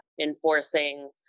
enforcing